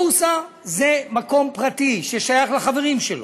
עכשיו, הבורסה זה מקום פרטי ששייך לחברים שלו,